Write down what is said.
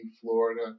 Florida